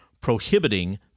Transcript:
prohibiting